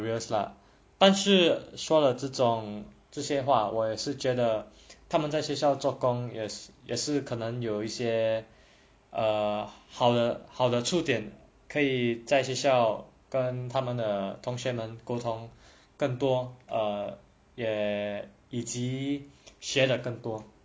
lah 但是说了这种这些话我也是觉得他们在学校做工也是可能有一些哦好好的触点可以在学校跟他们的同学们沟通更多也以及学的更多